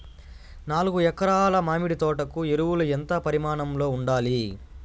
నాలుగు ఎకరా ల మామిడి తోట కు ఎరువులు ఎంత పరిమాణం లో ఉండాలి?